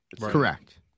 Correct